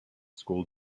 school